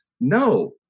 No